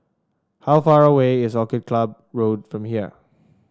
how far away is Orchid Club Road from here